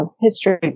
history